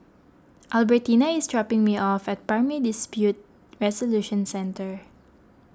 Albertina is dropping me off at Primary Dispute Resolution Centre